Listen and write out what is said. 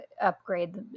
upgrade